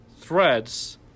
threads